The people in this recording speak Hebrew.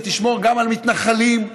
ותשמור גם על מתנחלים,